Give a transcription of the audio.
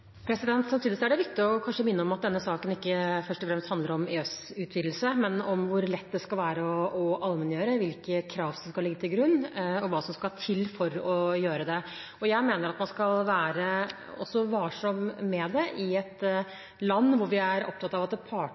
Samtidig er det kanskje viktig å minne om at denne saken ikke først og fremst handler om EØS-utvidelse, men om hvor lett det skal være å allmenngjøre, hvilke krav som skal ligge til grunn, og hva som skal til for å gjøre det. Jeg mener at man skal være varsom med det. I et land hvor vi er opptatt av at partene skal bestemme lønns- og arbeidsvilkår, betyr det